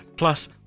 Plus